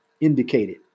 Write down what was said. indicated